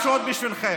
ולשלמה